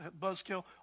buzzkill